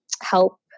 help